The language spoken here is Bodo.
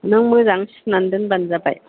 नों मोजां सुनानै दोनबानो जाबाय